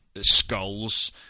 skulls